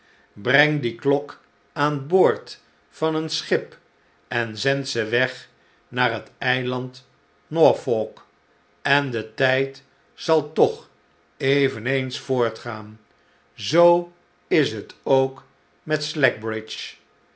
breng die klok aan boord van een schip en zend ze weg naar het eiland norfolk en de tijd zal toch eveneens voortgaan zoo is het ook met